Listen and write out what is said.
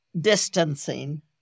distancing